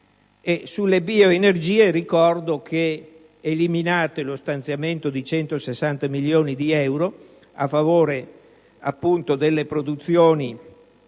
le bioenergie, ricordo che avete eliminato lo stanziamento di 160 milioni di euro a favore delle produzioni